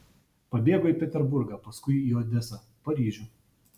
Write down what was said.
pabėgo į peterburgą paskui į odesą paryžių